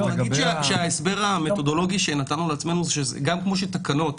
ההסבר המתודולוגי שנתנו לעצמנו הוא שגם כמו שתקנות,